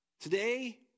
Today